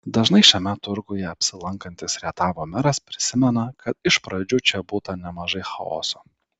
dažnai šiame turguje apsilankantis rietavo meras prisimena kad iš pradžių čia būta nemažai chaoso